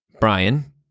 Brian